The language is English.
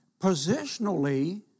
Positionally